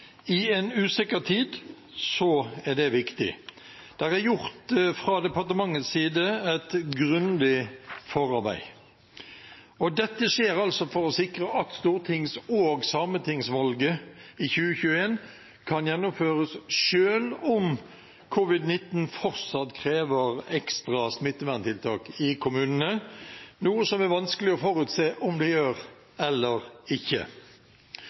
I en usikker tid er det viktig. Det er fra departementets side gjort et grundig forarbeid. Dette skjer for å sikre at stortings- og sametingsvalget i 2021 kan gjennomføres selv om covid-19 fortsatt krever ekstra smitteverntiltak i kommunene, noe som det er vanskelig å forutse om det gjør eller ikke.